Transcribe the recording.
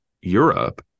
Europe